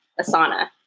asana